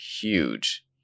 huge